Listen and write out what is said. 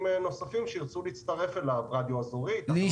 נוספים שירצו להצטרף אליו כמו רדיו אזורי וכולי.